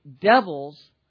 devils